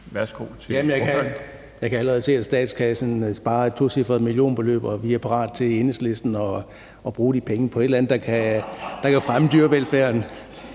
Jeg kan allerede se, at statskassen sparer et tocifret millionbeløb, og vi er parate til i Enhedslisten at bruge de penge på et eller andet, der kan fremme dyrevelfærden.